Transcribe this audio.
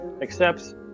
accepts